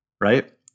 Right